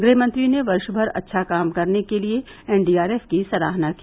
गृह मंत्री ने वर्षमर अच्छा काम करने के लिए एनडीआरएफ की सराहना की